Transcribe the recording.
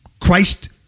Christ